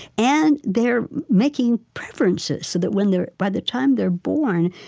and they are making preferences so that when they're by the time they're born,